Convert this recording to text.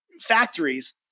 factories